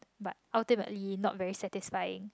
but ultimately not very satisfying